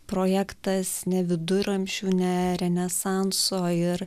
projektas ne viduramžių ne renesanso ir